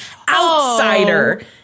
outsider